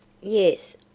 Yes